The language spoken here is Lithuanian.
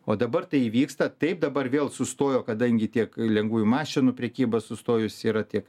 o dabar tai įvyksta taip dabar vėl sustojo kadangi tiek lengvųjų mašinų prekyba sustojus yra tiek